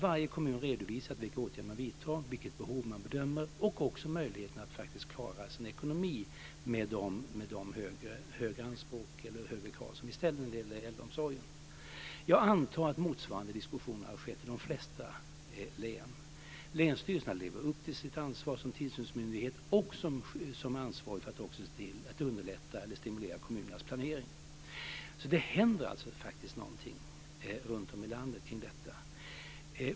Varje kommun har redovisat vilka åtgärder de vidtar, vilket behov de bedömer att det finns och också vilken möjlighet det finns att faktiskt klara sin ekonomi med de högre krav som vi ställer när det gäller äldreomsorgen. Jag antar att motsvarande diskussion har skett i de flesta län. Länsstyrelserna lever upp till sin roll som tillsynsmyndighet och som ansvarig för att också se till att underlätta eller stimulera kommunernas planering. Det händer alltså faktiskt någonting runtom i landet kring detta.